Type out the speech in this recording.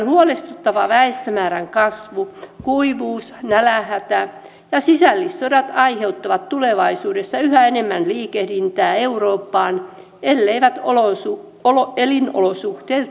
afrikan huolestuttava väestömäärän kasvu kuivuus nälänhätä ja sisällissodat aiheuttavat tulevaisuudessa yhä enemmän liikehdintää eurooppaan elleivät elinolosuhteet parane maassa